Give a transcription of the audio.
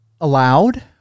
allowed